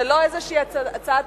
זה לא איזו הצעה תקציבית,